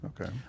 Okay